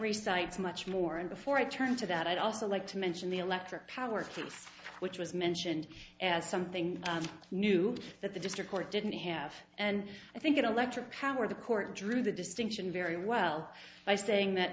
recites much more and before i turn to that i'd also like to mention the electric power case which was mentioned as something new that the district court didn't have and i think it electric power the court drew the distinction very well by saying that